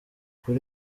kuri